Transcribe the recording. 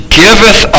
giveth